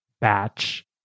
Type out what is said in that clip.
batch